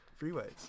freeways